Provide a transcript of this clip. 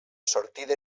sortida